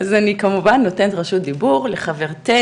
אז אני כמובן נותנת את רשות הדיבור לחברתנו,